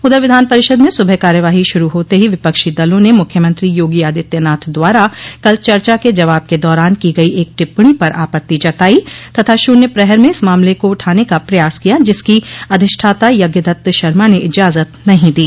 उधर विधान परिषद में सुबह कार्यवाही शुरू होते ही विपक्षी दलों ने मुख्यमंत्री योगी आदित्यनाथ द्वारा कल चर्चा के जवाब के दौरान की गई एक टिप्पणी पर आपत्ति जताई तथा शुन्य प्रहर में इस मामले को उठाने का प्रयास किया जिसकी अधिष्ठाता यज्ञदत्त शर्मा ने इजाजत नहीं दी